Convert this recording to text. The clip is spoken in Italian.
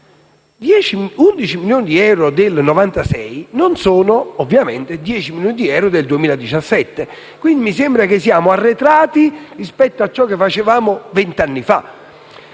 11 milioni di euro del 1996 non sono ovviamente 10 milioni di euro del 2017; quindi mi sembra che siamo arretrati rispetto a ciò che facevamo vent'anni fa.